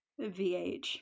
Vh